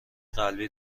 قلبی